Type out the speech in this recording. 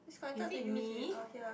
you feed me